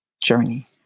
journey